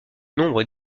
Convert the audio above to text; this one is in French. nombre